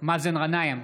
מאזן גנאים,